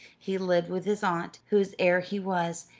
he lived with his aunt, whose heir he was,